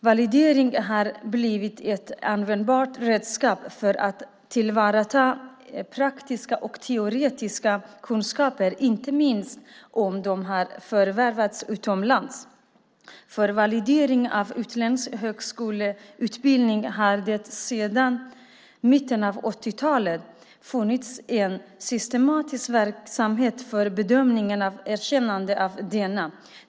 Validering har blivit ett användbart redskap för att tillvarata praktiska och teoretiska kunskaper, inte minst om de har förvärvats utomlands. För validering av utländsk högskoleutbildning har det sedan mitten av 80-talet funnits en systematisk verksamhet för bedömning och erkännande av denna.